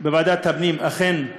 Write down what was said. בוועדת הפנים, אכן,